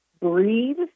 Breathe